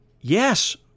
Yes